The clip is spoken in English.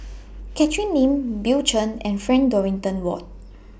Catherine Lim Bill Chen and Frank Dorrington Ward